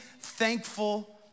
thankful